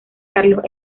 carlos